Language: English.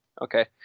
Okay